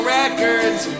records